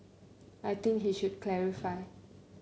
I think he should clarify